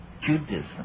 Judaism